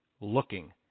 looking